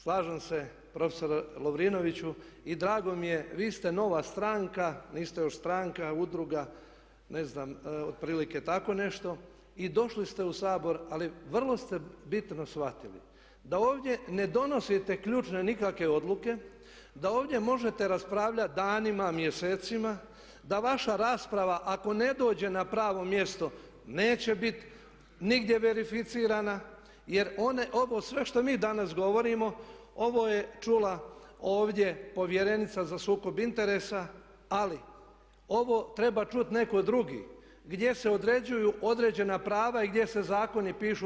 Slažem se prof. Lovrinoviću i drago mi je vi ste nova stranka, niste još stranka, udruga, ne znam otprilike tako nešto, i došli ste u Sabor ali vrlo ste bitno shvatili da ovdje ne donosite ključne nikakve odluke, da ovdje možete raspravljati danima, mjesecima, da vaša rasprava ako ne dođe na pravo mjesto neće biti nigdje verificirana jer ovo sve što mi danas govorimo ovo je čula ovdje povjerenica za sukob interesa ali ovo treba čuti netko drugi gdje se određuju određena prava i gdje se zakoni pišu.